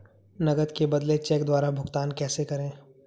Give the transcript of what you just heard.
नकद के बदले चेक द्वारा भुगतान कैसे करें?